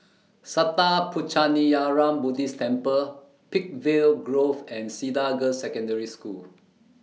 Sattha Puchaniyaram Buddhist Temple Peakville Grove and Cedar Girls' Secondary School